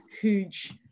huge